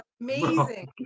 amazing